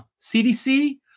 CDC